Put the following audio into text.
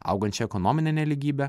augančia ekonomine nelygybe